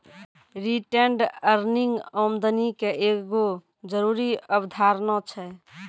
retained earning आमदनी के एगो जरूरी अवधारणा छै